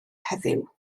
heddiw